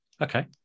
Okay